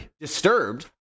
Disturbed